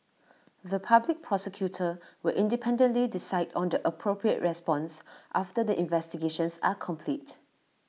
the Public Prosecutor will independently decide on the appropriate response after the investigations are complete